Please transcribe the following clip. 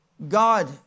God